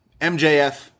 MJF